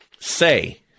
say